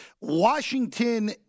Washington